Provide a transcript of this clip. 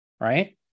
right